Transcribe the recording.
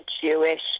Jewish